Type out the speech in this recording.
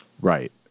Right